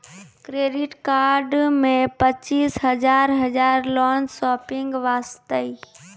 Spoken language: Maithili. क्रेडिट कार्ड मे पचीस हजार हजार लोन शॉपिंग वस्ते?